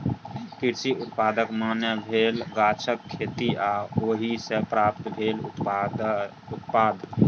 कृषि उत्पादक माने भेल गाछक खेती आ ओहि सँ प्राप्त भेल उत्पाद